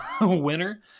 winner